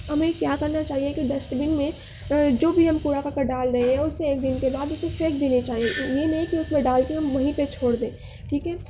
ہمیں کیا کرنا چاہیے کہ ڈسٹ بین میں جو بھی ہم کوڑا کرکٹ ڈال رہے ہیں اسے ایک دن کے بعد اسے پھینک دینے چاہئیں یہ نہیں کہ اس میں ڈال کے ہم وہیں پہ چھوڑ دیں ٹھیک ہے